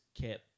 kept